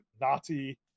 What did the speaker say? Nazi